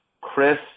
Chris